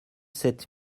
sept